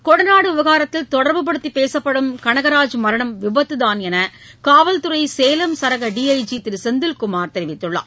கொடநாடு விவகாரத்தில் தொடர்புப்படுத்தி பேசப்படும் கனகராஜ் மரணம் விபத்துதான் என்று காவல்துறை சேலம் சரக D I G Thiru Senthilkumar தெரிவித்துள்ளார்